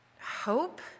hope